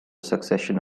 succession